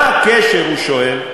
מה הקשר, הוא שואל,